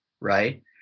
Right